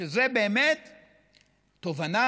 שזו באמת תובנה,